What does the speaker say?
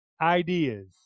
ideas